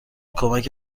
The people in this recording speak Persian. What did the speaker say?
کمک